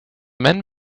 men